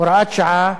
הוראת שעה,